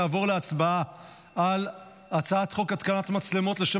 נעבור להצבעה על הצעת חוק התקנת מצלמות לשם